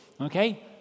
Okay